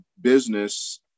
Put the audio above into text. business